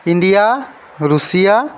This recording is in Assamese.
India Russia